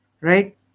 Right